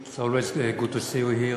It's always good to see you here.